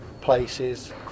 places